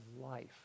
life